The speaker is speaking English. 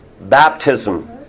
Baptism